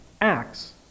acts